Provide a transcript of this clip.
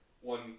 One